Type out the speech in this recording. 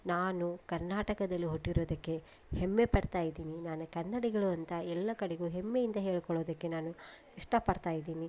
ನಾನು ಕರ್ನಾಟಕದಲ್ಲಿ ಹುಟ್ಟಿರುದಕ್ಕೆ ಹೆಮ್ಮೆ ಪಡ್ತಾ ಇದೀನಿ ನಾನು ಕನ್ನಡಿಗಳು ಅಂತ ಎಲ್ಲ ಕಡೆಗೂ ಹೆಮ್ಮೆಯಿಂದ ಹೇಳ್ಕೊಳ್ಳೋದಕ್ಕೆ ನಾನು ಇಷ್ಟಪಡ್ತಾ ಇದೀನಿ